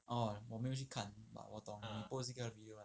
orh 我没有去看 but 我懂你有 post 一个 video lah